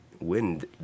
wind